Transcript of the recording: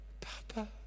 Papa